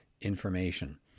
information